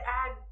add